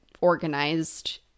organized